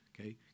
Okay